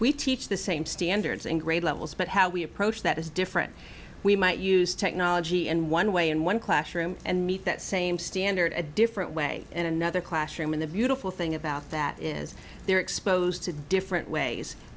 we teach the same standards in grade levels but how we approach that is different we might use technology and one way in one classroom and meet that same standard a different way in another classroom in the beautiful thing about that is they're exposed to different ways